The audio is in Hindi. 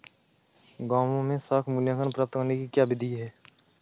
गाँवों में साख मूल्यांकन प्राप्त करने की क्या विधि है?